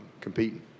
competing